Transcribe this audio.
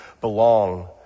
belong